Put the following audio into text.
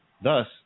Thus